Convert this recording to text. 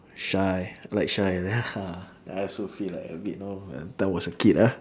shy like shy like that ah then I also feel like a bit you know that was a kid ah